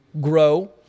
grow